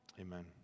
Amen